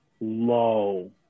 low